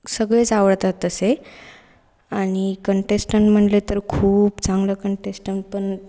सगळेच आवडतात तसे आणि कंटेस्टंट म्हणले तर खूप चांगलं कंटेस्टंट पण